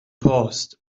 paused